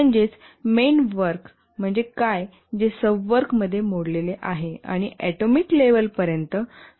म्हणजे main work म्हणजे काय जे सब वर्क मध्ये मोडलेले आहे आणि ऍटोमिक लेव्हलपर्यंत सब वर्क एस्टेरामध्ये मोडलेले आहे